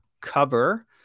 cover